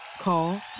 Call